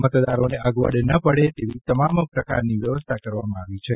મતદારોને અગવડ ન પડે તેવી તમામ પ્રકારની વ્યવસ્થા કરવામાં આવી રહી છે